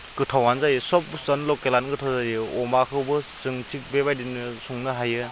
गोथावआनो जायो सब बुस्तुआनो लकेलानो गोथाव जायो अमाखौबो जों थिक बेबायदिनो संनो हायो